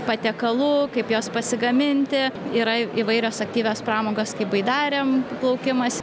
patiekalų kaip juos pasigaminti yra įvairios aktyvios pramogos baidarėm plaukimas